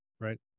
Right